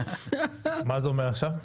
מה זה אומר עכשיו?